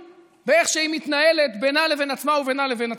באיך שהיא מתנהלת בינה לבין עצמה ובינה לבין הציבור.